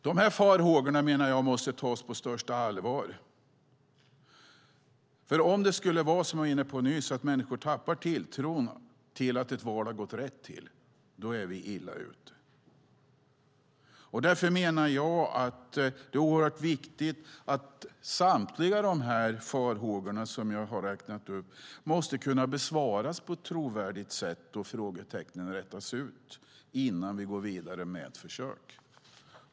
Dessa farhågor måste tas på största allvar, för om människor tappar tilltron till att ett val har gått rätt till är vi som sagt illa ute. Därför är det viktigt att samtliga dessa farhågor bemöts på ett trovärdigt sätt och att frågetecknen rätas ut innan vi går vidare med ett försök.